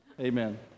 Amen